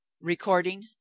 Recording